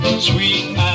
Sweet